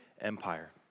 Empire